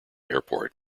airport